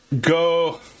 go